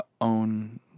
own